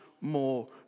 more